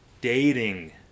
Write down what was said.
dating